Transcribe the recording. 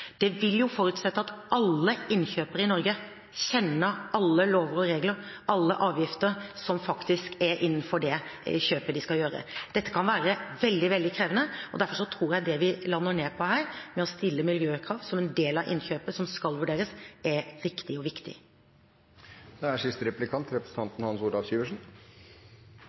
Det vil jo forutsette at alle innkjøpere i Norge kjenner alle lover og regler, alle avgifter som gjelder for kjøpet de skal gjøre. Dette kan være veldig, veldig krevende, og derfor tror jeg det vi lander på her, å stille miljøkrav som en del av innkjøpet som skal vurderes, er riktig og viktig. I sitt svar til representanten